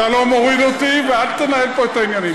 אתה לא מוריד אותי, ואל תנהל פה את העניינים.